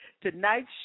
Tonight's